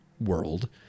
world